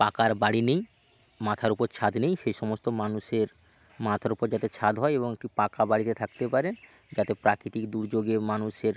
পাকার বাড়ি নেই মাথার ওপর ছাদ নেই সে সমস্ত মানুষের মাথার ওপর যাতে ছাদ হয় এবং একটু পাকা বাড়িতে থাকতে পারে যাতে প্রাকৃতিক দুর্যোগে মানুষের